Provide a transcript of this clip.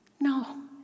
No